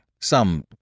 some